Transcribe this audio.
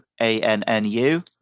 A-N-N-U